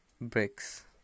bricks